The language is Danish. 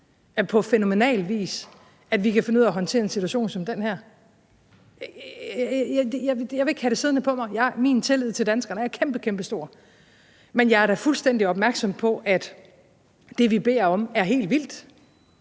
vist på fænomenal vis, at vi kan finde ud af at håndtere en situation som den her. Jeg vil ikke have det siddende på mig. Min tillid til danskerne er kæmpekæmpestor, men jeg er da fuldstændig opmærksom på, at det, vi beder om, er helt vildt,